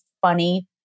funny